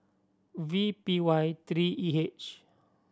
V P Y three E H